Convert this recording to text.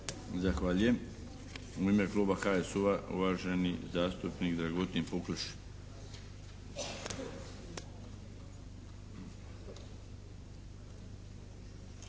Zahvaljujem. U ime Kluba HSU-a uvaženi zastupnik Dragutin Pukleš.